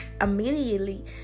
immediately